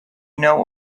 know